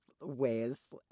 ways